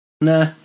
Nah